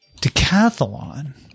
Decathlon